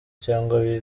cyangwa